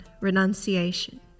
Renunciation